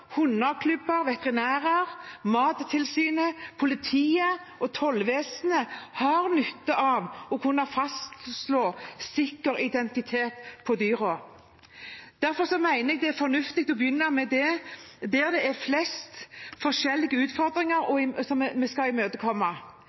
veterinærer, Mattilsynet, politiet og tollvesenet har nytte av å kunne fastslå sikker identitet på dyrene. Derfor mener jeg det er fornuftig å begynne der hvor det er flest forskjellige utfordringer vi skal imøtekomme.